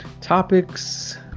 topics